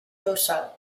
dorsal